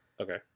Okay